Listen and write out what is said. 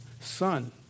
son